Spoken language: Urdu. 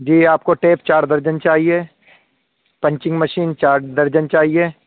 جی آپ کو ٹیپ چار درجن چاہیے پنچنگ مشین چار درجن چاہیے